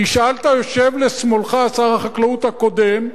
תשאל את היושב לשמאלך, שר החקלאות הקודם,